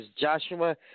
Joshua